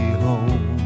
home